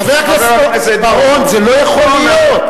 חבר הכנסת בר-און, זה לא יכול להיות.